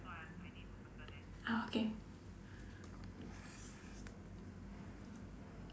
ah okay